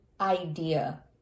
idea